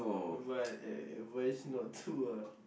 but uh but it's not true ah